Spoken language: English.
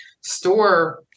store